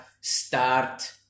start